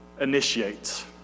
initiates